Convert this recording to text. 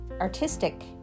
artistic